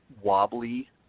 wobbly